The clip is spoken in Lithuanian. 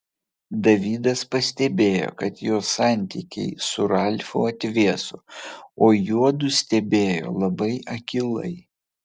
davidas pastebėjo kad jos santykiai su ralfu atvėso o juodu stebėjo labai akylai